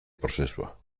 prozesua